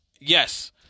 yes